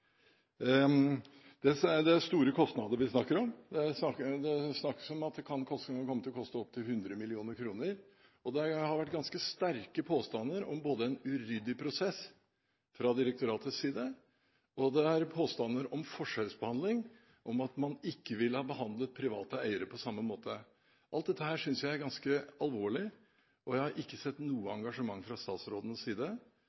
Vi snakker om store kostnader. Det snakkes om at det kan komme til å koste opptil 100 mill. kr, og det har vært ganske sterke påstander om en uryddig prosess fra direktoratets side og påstander om forskjellsbehandling – at man ikke ville behandlet private eiere på samme måte. Så alt dette synes jeg er ganske alvorlig, og jeg har ikke sett noe engasjement fra statsrådens side.